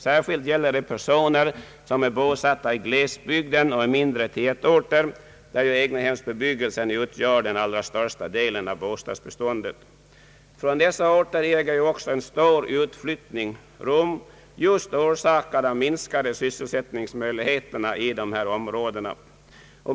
Särskilt gäller det personer som är bosatta i glesbygd och' mindre tätorter, där ju egnahemsbebyggelsen utgör den allra största delen av bostadsbeståndet. Från dessa orter äger ju också en stor utflyttning rum, just orsakad av de minskade sysselsättningsmöjligheterna i dessa områden.